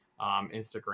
Instagram